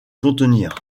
contenir